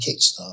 kickstart